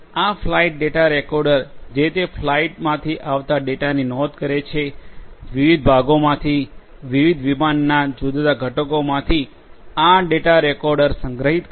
આ flight data recorder જે તે ફ્લાઇટમાંથી આવતા ડેટાની નોંધ કરે છે વિવિધ ભાગોમાંથી વિવિધ વિમાનના જુદા જુદા ઘટકોમાંથી આ ડેટા રેકોર્ડર સંગ્રહિત કરે છે